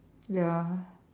ya